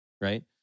right